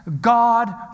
God